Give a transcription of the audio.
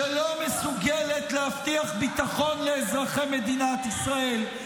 שלא מסוגלת להבטיח ביטחון לאזרחי מדינת ישראל,